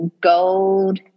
gold